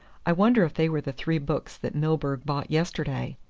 i wonder if they were the three books that milburgh bought yesterday?